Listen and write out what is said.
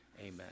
amen